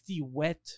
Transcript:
wet